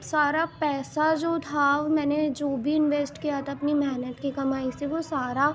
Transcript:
سارا پیسہ جو تھا وہ میں نے جو بھی انویسٹ کیا تھا اپنی محنت کی کمائی سے وہ سارا